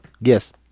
Yes